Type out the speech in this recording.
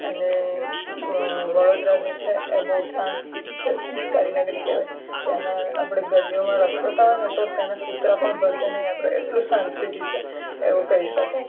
અને વડોદરા જે છે એ બહુ શાંત સીટી છે સંસ્કારી નગરી કહેવાય ત્યાંના આપણે ગલીઓમાં રખડતા હોય તો ત્યાંનાં કુતરા પણ ભસે નહીં એટલું શાંત સીટી છે એવું કહી શકાય